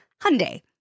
Hyundai